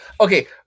okay